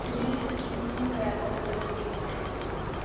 ꯀꯨꯝꯍꯩ ꯑꯁꯤ ꯄꯨꯡ ꯀꯌꯥꯗ ꯍꯧꯒꯗꯒꯦ